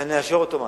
אנחנו נאשר אוטומטית,